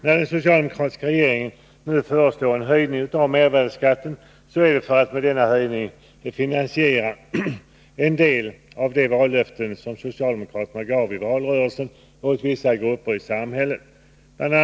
När den socialdemokratiska regeringen nu föreslår en höjning av mervärdeskatten så är det för att med denna höjning finansiera en del av de vallöften som socialdemokraterna i valrörelsen gav åt vissa grupper i samhället. BI.